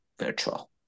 virtual